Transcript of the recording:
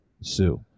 Sue